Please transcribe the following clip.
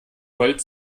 gold